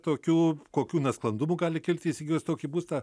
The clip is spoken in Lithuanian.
tokių kokių nesklandumų gali kilti įsigijus tokį būstą